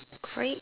grea~